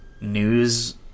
news